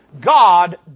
God